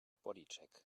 bodycheck